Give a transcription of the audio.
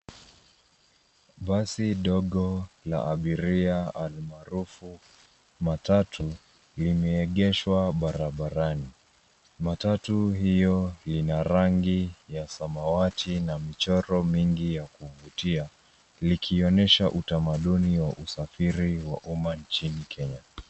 Basi dogo la abiria almarufu, Matatu, limeegeshwa barabarani. Matatu hiyo ina rangi ya samawati na michoro mingi ya kuvutia, likionyesha utamaduni wa usafiri wa umma nchini Kenya.